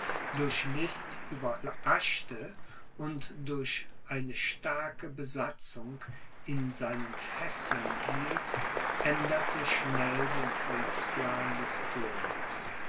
durch list überraschte und durch eine starke besatzung in seinen fesseln hielt änderte schnell den kriegsplan des königs